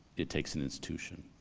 it takes an institution.